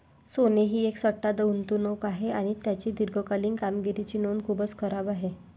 सोने ही एक सट्टा गुंतवणूक आहे आणि त्याची दीर्घकालीन कामगिरीची नोंद खूपच खराब आहे